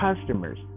customers